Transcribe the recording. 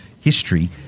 history